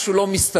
משהו לא מסתדר,